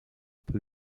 peu